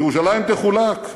ירושלים תחולק.